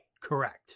Correct